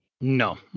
No